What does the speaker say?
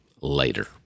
later